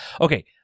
Okay